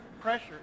pressure